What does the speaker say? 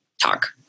talk